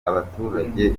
abaturage